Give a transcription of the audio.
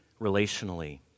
relationally